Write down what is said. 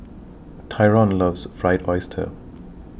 Tyrone loves Fried Oyster